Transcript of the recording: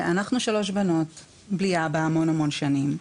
אנחנו שלוש בנות בלי אבא כבר שנים רבות.